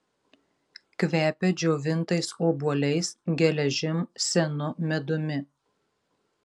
kvepia džiovintais obuoliais geležim senu medumi